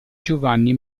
giovanni